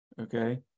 Okay